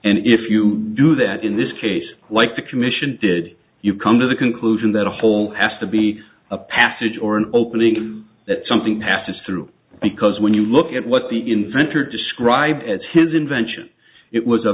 and if you do that in this case like the commission did you come to the conclusion that a hole has to be a passage or an opening that something passes through because when you look at what the inventor described as his invention it was a